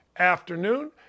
afternoon